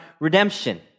redemption